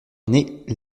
années